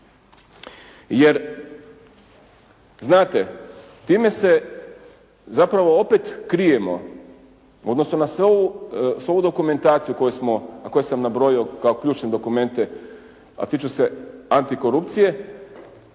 Jer znate time se zapravo opet krijemo odnosno na svu ovu dokumentaciju koju smo, koju sam nabrojio kao ključne dokumente a tiču se antikorupcije